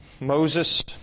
Moses